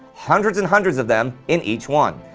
hundreds and hundreds of them in each one.